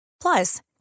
Plus